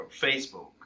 Facebook